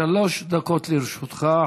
שלוש דקות לרשותך,